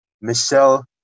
michelle